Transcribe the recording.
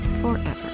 forever